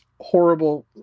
horrible